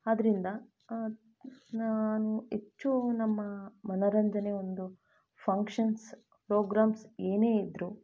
ಆದ್ರಿಂದ ನಾನು ಹೆಚ್ಚು ನಮ್ಮ ಮನೋರಂಜನೆ ಒಂದು ಫಂಕ್ಷನ್ಸ್ ಪ್ರೋಗ್ರಾಮ್ಸ್ ಏನೇ ಇದ್ದರೂ